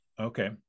Okay